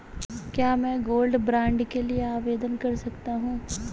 क्या मैं gold bond के लिए आवेदन कर सकता हूं?